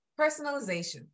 Personalization